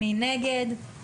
מי נגד?